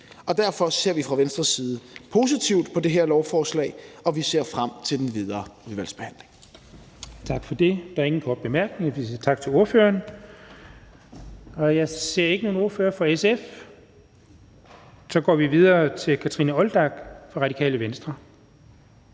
Derfor ser vi fra Venstres side positivt på det her lovforslag, og vi ser frem til den videre udvalgsbehandling.